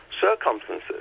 circumstances